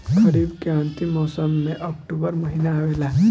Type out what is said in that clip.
खरीफ़ के अंतिम मौसम में अक्टूबर महीना आवेला?